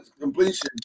completion